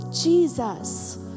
Jesus